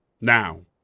Now